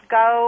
go